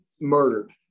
murdered